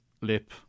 lip